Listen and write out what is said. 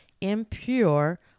impure